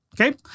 Okay